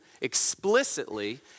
explicitly